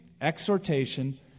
exhortation